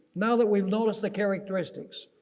now that we've noticed the characteristics.